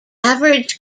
average